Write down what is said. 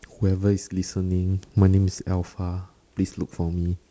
whoever is listening my name is alpha please look for me